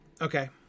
Okay